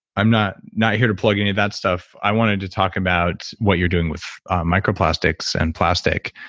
i'm not not here to plug any of that stuff. i wanted to talk about what you're doing with microplastics and plastic,